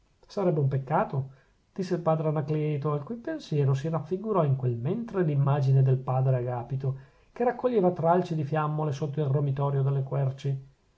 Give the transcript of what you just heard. sarebbe un peccato disse il padre anacleto al cui pensiero si raffigurò in quel mentre l'immagine del padre agapito che raccoglieva tralci di fiammole sotto il romitorio delle querci